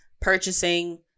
purchasing